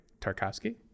Tarkovsky